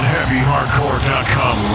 HeavyHardcore.com